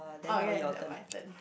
okay never mind then